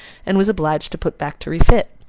and was obliged to put back to refit.